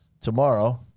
Tomorrow